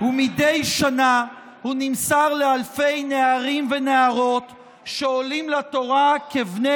ומדי שנה הוא נמסר לאלפי נערים ונערות שעולים לתורה כבני